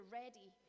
ready